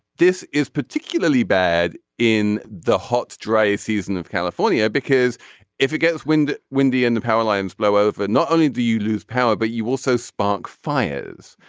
this is particularly bad in the hot dry season of california. because if it gets wind windy and the power lines blow over. not only do you lose power but you also spark fires.